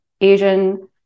Asian